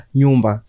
nyumba